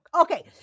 Okay